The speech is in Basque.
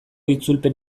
itzulpen